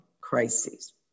crises